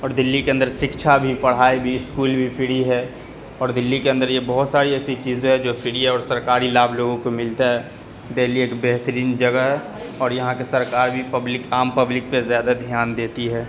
اور دلی کے اندر شکشا بھی پڑھائی بھی اسکول بھی فری ہے اور دلی کے اندر یہ بہت ساری ایسی چیزیں ہے جو فری اور سرکاری لابھ لوگوں کو ملتا ہے دہلی ایک بہترین جگہ ہے اور یہاں کے سرکار بھی پبلک عام پبلک پہ زیادہ دھیان دیتی ہے